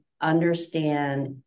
understand